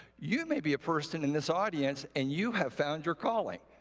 you may be a person in this audience and you have found your calling.